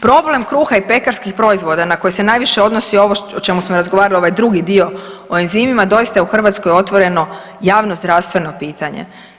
Problem kruha i pekarskih proizvoda na koje se najviše odnosi ovo o čemu smo razgovarali, ovaj drugi dio o enzimima doista je u Hrvatskoj otvoreno javnozdravstveno pitanje.